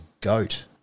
GOAT